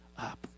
up